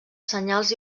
senyals